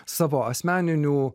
savo asmeninių